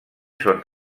són